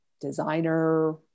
designer